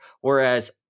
whereas